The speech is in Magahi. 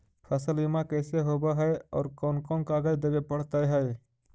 फसल बिमा कैसे होब है और कोन कोन कागज देबे पड़तै है?